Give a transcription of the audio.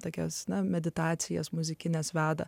tokias na meditacijas muzikines veda